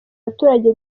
abaturage